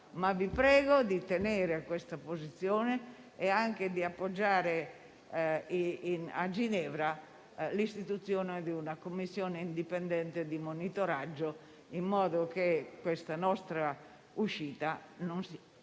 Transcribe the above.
prego però di tenere questa posizione e di appoggiare a Ginevra l'istituzione di una commissione indipendente di monitoraggio, in modo che questa nostra uscita non